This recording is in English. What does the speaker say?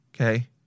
Okay